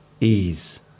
ease